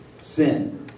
sin